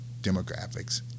demographics